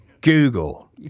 Google